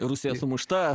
rusija sumušta